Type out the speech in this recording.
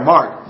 Mark